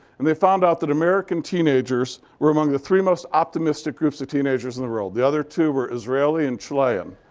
and they found out that american teenagers were among the three most optimistic groups of teenagers in the world. the other two were israeli and chilean.